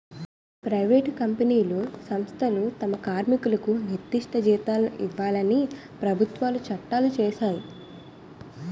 private కంపెనీలు సంస్థలు తమ కార్మికులకు నిర్దిష్ట జీతాలను ఇవ్వాలని ప్రభుత్వాలు చట్టాలు చేశాయి